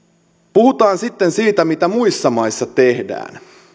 puhutaan sitten siitä mitä muissa maissa tehdään